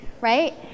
right